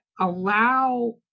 allow